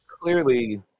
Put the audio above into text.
clearly